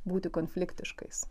būti konfliktiškais